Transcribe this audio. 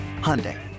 Hyundai